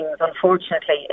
unfortunately